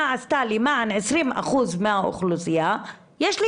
עשתה למען 20 אחוז מהאוכלוסייה - יש לי